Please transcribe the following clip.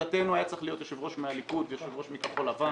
לשיטתנו היה צריך להיות יושב-ראש מהליכוד ויושב-ראש מכחול לבן.